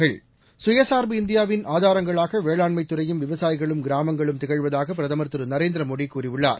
கயசார்பு இந்தியாவின் ஆதரங்களாக வேளாண்தறையும் விவசாயிகளும் கிராமங்களும் திகழ்வதாக பிரதமர் திரு நரேந்திரமோடி கூறியுள்ளார்